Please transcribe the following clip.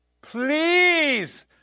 please